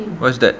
what's that